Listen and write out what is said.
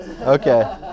Okay